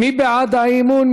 מי בעד האי-אמון?